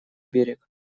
берег